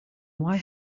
why